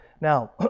Now